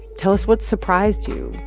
tell us what surprised you.